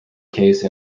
case